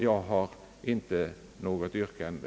Jag har inte något yrkande.